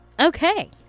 Okay